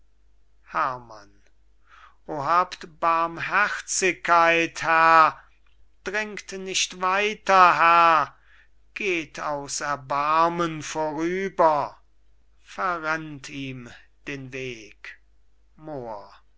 herrmann o habt barmherzigkeit herr dringt nicht weiter herr geht aus erbarmen vorüber verrennt ihm den weg moor